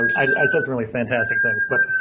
i said really fantastic things but.